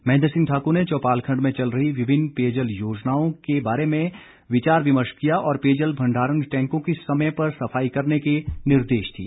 महेन्द्र सिंह ठाकुर ने चौपाल खंड में चल रही विभिन्न पेयजल योजनाओं के बारे में विचार विमर्श किया और पेयजल भंडारण टैंकों की समय पर सफाई करने के निर्देश दिए